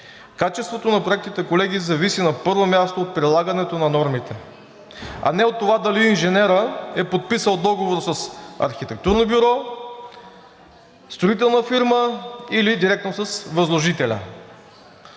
Качеството на проектите, колеги, зависи, на първо място, от прилагането на нормите, а не от това дали инженерът е подписал договор с архитектурно бюро, строителна фирма или директно с възложителя.